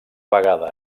vegada